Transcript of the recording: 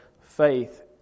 faith